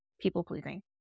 people-pleasing